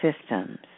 systems